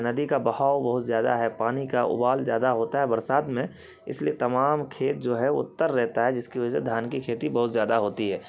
ندی کا بہاؤ بہت زیادہ ہے پانی کا ابال زیادہ ہوتا ہے برسات میں اس لیے تمام کھیت جو ہے وہ تر رہتا ہے جس کی وجہ سے دھان کی کھیتی بہت زیادہ ہوتی ہے